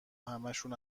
همشون